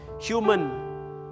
human